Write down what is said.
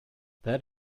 that